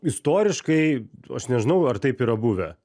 istoriškai aš nežinau ar taip yra buvę